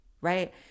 right